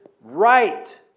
right